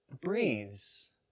breathes